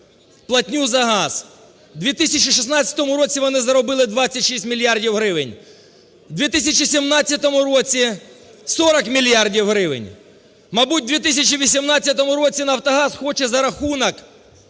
платню на газ. В 2016 році вони заробили 26 мільярдів гривень, в 2017 році – 40 мільярдів гривень. Мабуть, в 2018 році "Нафтогаз" хоче за рахунок